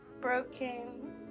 Broken